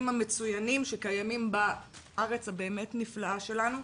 המצוינים שקיימים בארץ הבאמת-נפלאה שלנו,